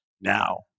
now